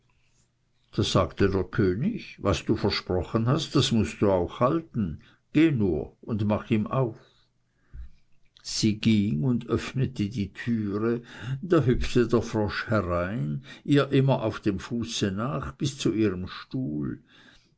da sagte der könig was du versprochen hast das mußt du auch halten geh nur und mach ihm auf sie ging und öffnete die türe da hüpfte der frosch herein ihr immer auf dem fuße nach bis zu ihrem stuhl